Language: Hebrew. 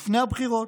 לפני הבחירות: